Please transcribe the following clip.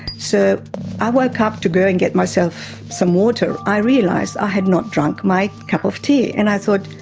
so i woke up to go and get myself some water, i realised i had not drunk my cup of tea and i thought,